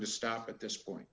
to stop at this point